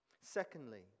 Secondly